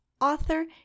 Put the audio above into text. author